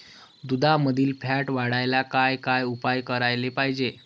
दुधामंदील फॅट वाढवायले काय काय उपाय करायले पाहिजे?